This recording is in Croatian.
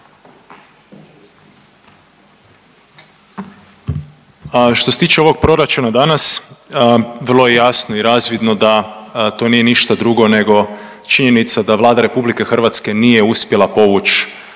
što se tiče ovog proračuna danas vrlo je jasno i razvidno da to nije ništa drugo nego činjenica da Vlada RH nije uspjela povući